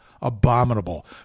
abominable